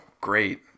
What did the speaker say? Great